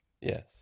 yes